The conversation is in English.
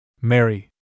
Mary